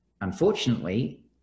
unfortunately